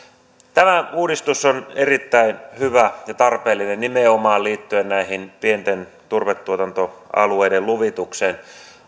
tämä uudistus on erittäin hyvä ja tarpeellinen nimenomaan liittyen näiden pienten turvetuotantoalueiden luvitukseen